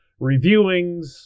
reviewings